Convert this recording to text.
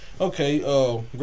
Okay